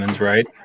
right